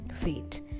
fate